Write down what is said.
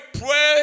pray